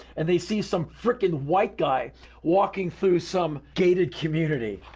and they see some frickin' white guy walking through some gated community.